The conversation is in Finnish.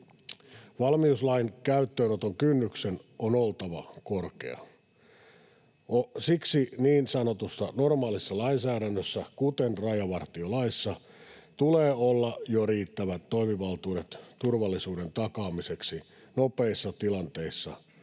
Valmiuslain käyttöönoton kynnyksen on oltava korkea. Siksi niin sanotussa normaalissa lainsäädännössä, kuten rajavartiolaissa, tulee olla jo riittävät toimivaltuudet turvallisuuden takaamiseksi nopeissa tilanteissa, ei